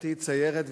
אחותי ציירת,